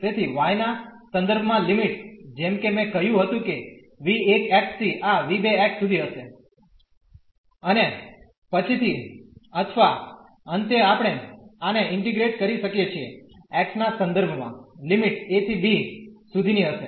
તેથી y ના સંદર્ભ માં લિમિટ જેમ કે મેં કહ્યું હતું કે v1 થી આ v2 સુધી હશે અને પછીથી અથવા અંતે આપણે આને ઇન્ટીગ્રેટ કરી શકીએ છીએ x ના સંદર્ભ માં લિમિટ a ¿ b સુધી ની હશે